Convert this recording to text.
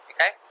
Okay